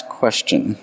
question